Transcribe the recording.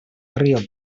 riu